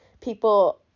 people